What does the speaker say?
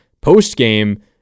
post-game